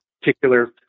particular